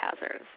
hazards